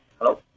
Hello